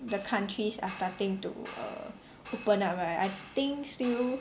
the countries are starting to err open up right I think still